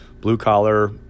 blue-collar